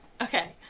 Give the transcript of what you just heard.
Okay